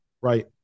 right